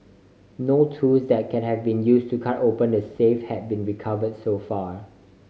no tools that can have been use to cut open the safe have been recover so far